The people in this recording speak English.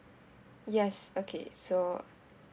yes okay so